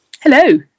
Hello